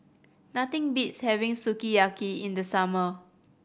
nothing beats having Sukiyaki in the summer